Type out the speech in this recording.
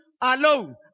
alone